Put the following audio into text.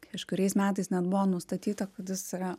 kažkuriais metais net buvo nustatyta kad jis yra